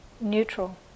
neutral